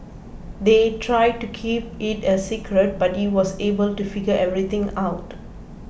they tried to keep it a secret but he was able to figure everything out